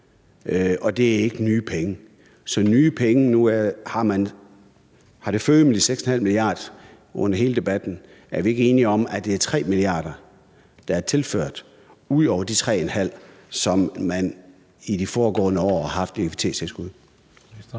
og at det ikke er nye penge? Nu har det føget med de 6,5 mia. kr. under hele debatten. Er vi ikke enige om, at det er 3 mia. kr., der er tilført ud over de 3,5 mia. kr., som man i de foregående år har haft i likviditetstilskud?